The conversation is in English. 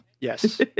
Yes